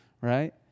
right